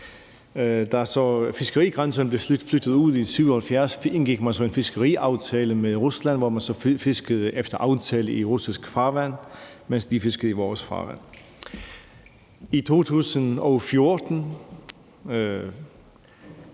så fiskerigrænserne blev flyttet ud i 1977, indgik man en fiskeriaftale med Rusland, hvor man så fiskede efter aftale i russisk farvand, mens de fiskede i vores farvand. I 2014